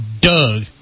Doug